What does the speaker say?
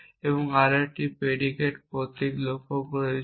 একটি আমরা একটি predicate প্রতীক গ্রহণ করেছি